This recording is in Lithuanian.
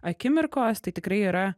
akimirkos tai tikrai yra